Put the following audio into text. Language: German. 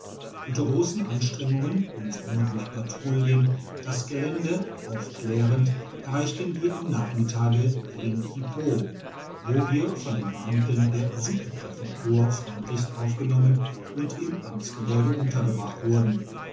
unter grossen anstrengungen und immer durch patrouillen das gelände aulklärend erreichten wir am nachmittage linkipo wo wir von den beamten der subpräfektur freundlichst aufgenommen und im amtsgebäude untergebracht wurden